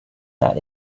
that